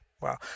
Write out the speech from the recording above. wow